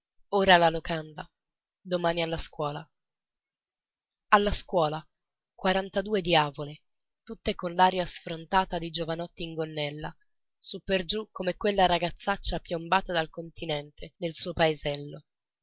ora alla locanda domani alla scuola alla scuola quarantadue diavole tutte con l'aria sfrontata di giovanotti in gonnella su per giù come quella ragazzaccia piombata dal continente nel suo paesello